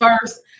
first